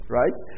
right